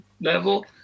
level